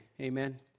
Amen